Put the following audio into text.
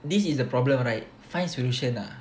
this is the problem right find solution lah